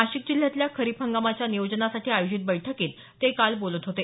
नाशिक जिल्ह्यातल्या खरीप हंगामाच्या नियोजनासाठी आयोजित बैठकीत ते काल बोलत होते